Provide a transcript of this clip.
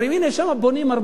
שם בונים הרבה מאוד,